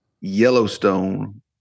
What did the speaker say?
Yellowstone